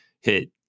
hit